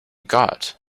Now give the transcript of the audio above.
got